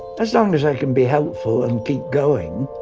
as long as i can be helpful and keep going.